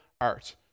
art